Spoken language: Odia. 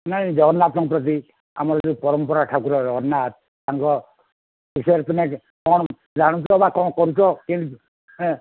ନାଇଁ ଜଗନ୍ନାଥଙ୍କ ପ୍ରତି ଆମର ଯେଉଁ ପରମ୍ପରା ଠାକୁର ଜଗନ୍ନାଥ ତାଙ୍କ ବିଷୟରେ ତୁମେ କ'ଣ ଜାଣୁଛ ବା କଣ କରୁଛ କେମିତି ହଁ